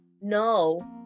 no